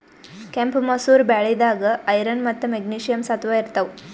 ಕೆಂಪ್ ಮಸೂರ್ ಬ್ಯಾಳಿದಾಗ್ ಐರನ್ ಮತ್ತ್ ಮೆಗ್ನೀಷಿಯಂ ಸತ್ವ ಇರ್ತವ್